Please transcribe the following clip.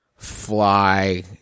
fly